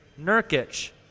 Nurkic